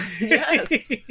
Yes